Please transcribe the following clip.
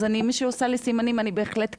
אז מי שעושה לי סימנים אני בהחלט קשובה.